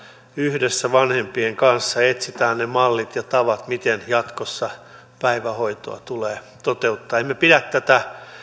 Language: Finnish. yhdessä vanhempien kanssa etsitään ne mallit ja tavat miten jatkossa päivähoitoa tulee toteuttaa emme pidä tätä